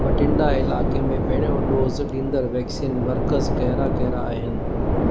बठिंडा इलाइक़े में पहिरियों डोज़ ॾींदड़ वैक्सीन मर्कज़ कहिड़ा कहिड़ा आहिनि